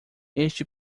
este